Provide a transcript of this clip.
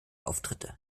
auftritte